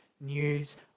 news